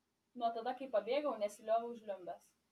nuo tada kai pabėgau nesilioviau žliumbęs